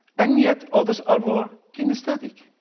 and yet others are more kinesthetic.